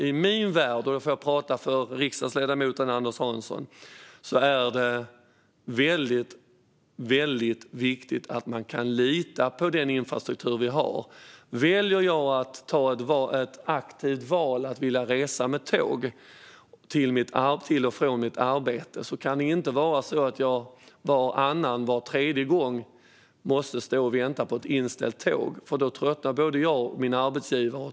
I min värld, och jag talar då som riksdagsledamoten Anders Hansson, är det väldigt viktigt att man kan lita på den infrastruktur vi har. Gör jag ett aktivt val att resa med tåg till och från mitt arbete kan det inte vara så att jag varannan eller var tredje gång måste stå och vänta på ett inställt tåg. Då tröttnar både jag och min arbetsgivare.